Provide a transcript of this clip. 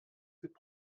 cette